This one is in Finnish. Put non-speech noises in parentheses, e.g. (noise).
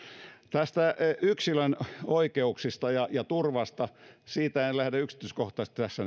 näistä yksilön oikeuksista ja ja turvasta en lähde yksityiskohtaisesti tässä (unintelligible)